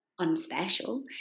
unspecial